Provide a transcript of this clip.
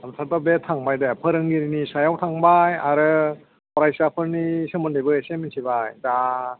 आमफ्रायथ' बे थांबाय दे फोरोंगिरिनि सायाव थांबाय आरो फरायसाफोरनि सोमोन्दैबो एसे मिथिबाय दा